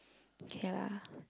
kay lah